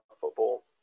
football